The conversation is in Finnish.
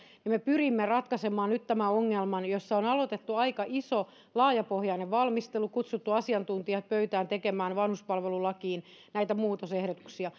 niin me pyrimme ratkaisemaan nyt tämän ongelman jossa on aloitettu aika iso laajapohjainen valmistelu kutsuttu asiantuntijat pöytään tekemään vanhuspalvelulakiin näitä muutosehdotuksia